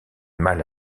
mal